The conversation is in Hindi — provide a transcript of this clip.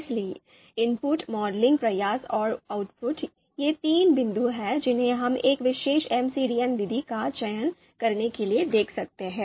इसलिए इनपुट मॉडलिंग प्रयास और आउटपुट ये तीन बिंदु हैं जिन्हें हम एक विशेष एमसीडीए विधि का चयन करने के लिए देख सकते हैं